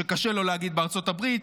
שקשה לו להגיד בארצות הברית,